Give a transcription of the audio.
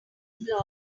blog